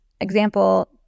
example